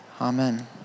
Amen